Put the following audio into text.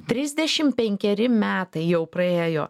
trisdešimt penkeri metai jau praėjo